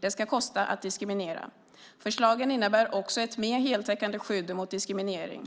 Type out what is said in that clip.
Det ska kosta att diskriminera. Förslagen innebär också ett mer heltäckande skydd mot diskriminering.